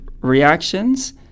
reactions